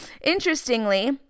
Interestingly